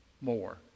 more